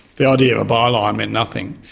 the idea of a by-line meant nothing.